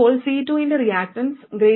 അപ്പോൾ C2 ന്റെ reactance RDRL ആയിരിക്കും